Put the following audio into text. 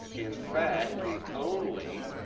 in fact, the only